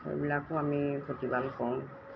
সেইবিলাকো আমি প্ৰতিপাল কৰোঁ